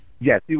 Yes